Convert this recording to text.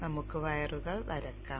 നമുക്ക് വയറുകൾ വരയ്ക്കാം